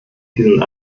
diesen